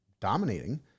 dominating